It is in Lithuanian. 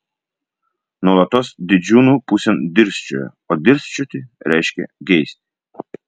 nuolatos didžiūnų pusėn dirsčiojo o dirsčioti reiškia geisti